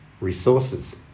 resources